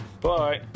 Bye